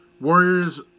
Warriors